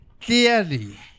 Clearly